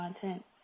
content